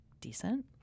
decent